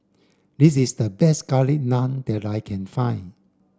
this is the best garlic naan that I can find